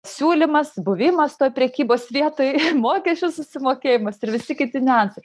siūlymas buvimas toj prekybos vietoj mokesčių susimokėjimas ir visi kiti niuansai